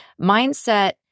mindset